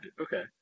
okay